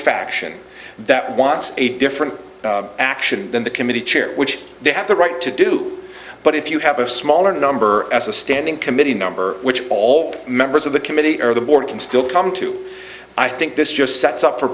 faction that was a different action than the committee chair which they have the right to do but if you have a smaller number as a standing committee number which all members of the committee earlier board can still come to i think this just sets up for